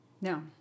no